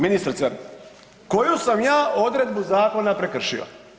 Ministrice, koju sam ja odredbu zakona prekršio?